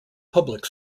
public